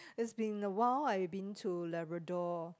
it's been awhile I been to Labrador